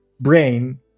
brain